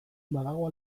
badago